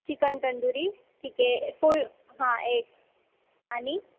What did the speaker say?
chicken tandoori ठीक आहे full हां एक आणि